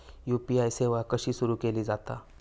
UPI सेवा कशी सुरू केली जाता?